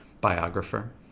biographer